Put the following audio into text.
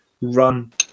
run